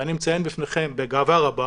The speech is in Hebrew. אני מציין בפניכם בגאווה רבה